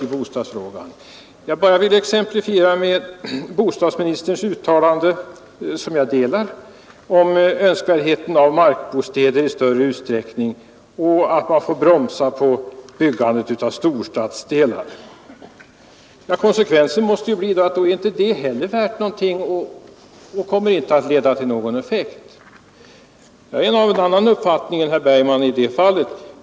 Jag vill bara nde, som jag för övrigt exemplifiera med bostadsministerns utta instämmer i, om önskvärdheten av markbostäder i större utsträckning och att byggandet av storstadsdelar bromsas. Konsekvensen maste bli att ett sådant uttalande inte heller är värt någonting och inte kommer att leda till någon effekt. Jag har nog en annan uppfattning än herr Bergman i det fallet.